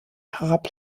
herab